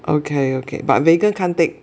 okay okay but vegan can't take